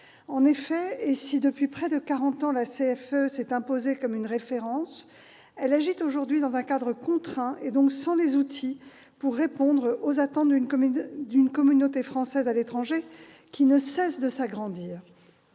En effet, si depuis près de quarante ans la CFE s'est imposée comme une référence, elle agit aujourd'hui dans un cadre contraint, et donc sans les outils pour répondre aux attentes d'une communauté française à l'étranger qui ne cesse de s'agrandir.